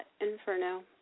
inferno